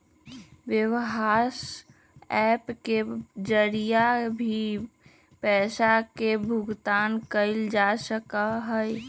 WhatsApp के जरिए भी पैसा के भुगतान कइल जा सका हई